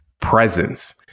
presence